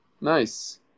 Nice